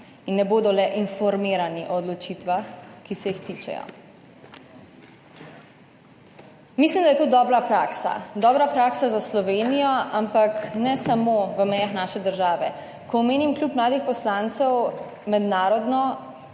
in ne bodo le informirani o odločitvah, ki se jih tičejo. Mislim, da je to dobra praksa, dobra praksa za Slovenijo, ampak ne samo v mejah naše države. Ko omenim Klub mladih poslancev mednarodno,